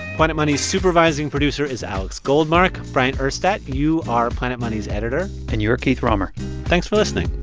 planet money's supervising producer is alex goldmark. bryant urstadt, you are planet money's editor and you're keith romer thanks for listening